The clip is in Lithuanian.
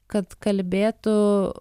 kad kalbėtų